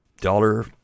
dollar